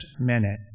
minute